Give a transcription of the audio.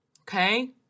Okay